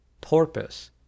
porpoise